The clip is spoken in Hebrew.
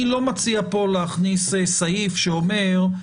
אני לא מציע פה להכניס סעיף שאומר,